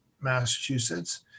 Massachusetts